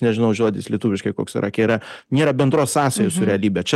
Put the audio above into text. nežinau žodis lietuviškai koks yra kai yra nėra bendros sąsajos su realybe čia